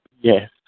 Yes